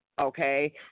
Okay